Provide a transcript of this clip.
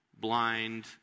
blind